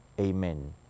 Amen